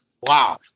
wow